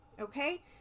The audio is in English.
Okay